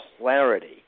clarity